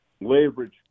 leverage